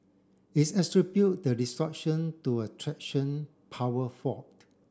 is attribute the disruption to a traction power fault